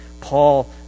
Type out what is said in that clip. Paul